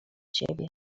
siebie